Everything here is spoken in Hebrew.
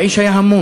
האיש היה המום.